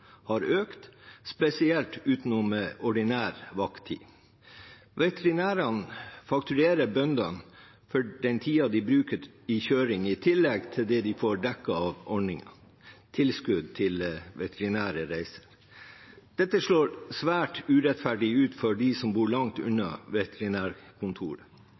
har økt, spesielt utenom ordinær vakttid. Veterinærene fakturerer bøndene for den tiden de bruker på kjøring, i tillegg til det de får dekket av ordningen med tilskudd til veterinære reiser. Dette slår svært urettferdig ut for dem som bor langt unna veterinærkontor.